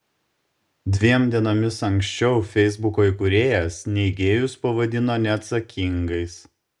dviem dienomis anksčiau feisbuko įkūrėjas neigėjus pavadino neatsakingais